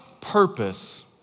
purpose